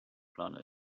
planet